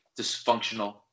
dysfunctional